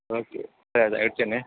okay ಇಡ್ತೇನೆ